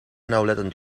nauwlettend